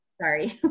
Sorry